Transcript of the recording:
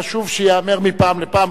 חשוב שייאמר מפעם לפעם,